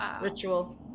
ritual